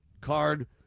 card